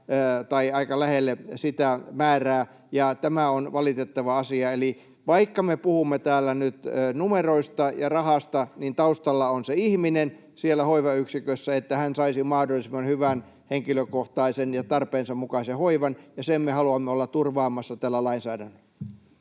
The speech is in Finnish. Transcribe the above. tai aika lähelle sitä määrää, ja tämä on valitettava asia. Eli vaikka me puhumme täällä nyt numeroista ja rahasta, niin taustalla on se ihminen siellä hoivayksikössä ja se, että hän saisi mahdollisimman hyvän henkilökohtaisen ja tarpeensa mukaisen hoivan. Sen me haluamme olla turvaamassa tällä lainsäädännöllä.